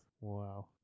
Wow